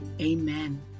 Amen